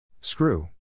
Screw